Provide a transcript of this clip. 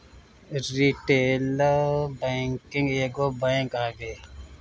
retail banking एगो bank हवे